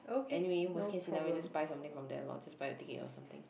anyway worst case scenario just buy something from there lor just buy a ticket or something